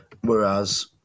Whereas